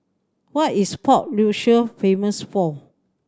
what is Port Louis famous for